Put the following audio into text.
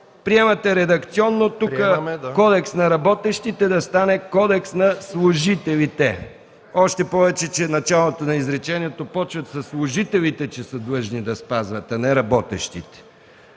приемате редакционно „Кодекс на работещите” да стане „Кодекс на служителите”. Още повече, началото на изречението започва, че служителите са длъжни да спазват, а не работещите.